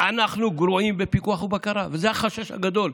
אנחנו גרועים בפיקוח ובקרה, וזה החשש הגדול.